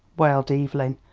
wailed evelyn.